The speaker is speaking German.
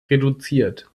reduziert